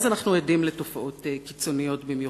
וכשיש הידרדרות כללית בעולם הזה אנחנו עדים לתופעות קיצוניות במיוחד,